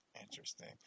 Interesting